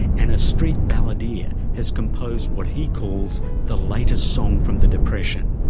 and a street balladeer has composed what he calls the latest song from the depression,